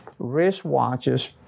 wristwatches